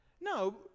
No